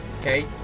Okay